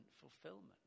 fulfillment